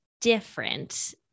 different